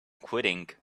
quitting